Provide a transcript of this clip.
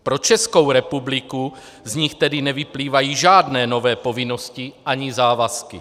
Pro Českou republiku z nich tedy nevyplývají žádné nové povinnosti ani závazky.